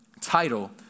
title